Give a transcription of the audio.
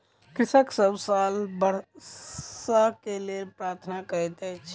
कृषक सभ साल वर्षा के लेल प्रार्थना करैत अछि